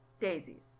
Daisies